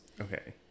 Okay